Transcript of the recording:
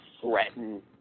threaten